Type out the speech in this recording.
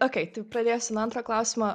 okei tai pradėsiu nuo antro klausimo